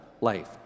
life